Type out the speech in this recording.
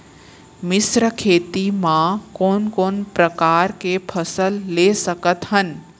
मिश्र खेती मा कोन कोन प्रकार के फसल ले सकत हन?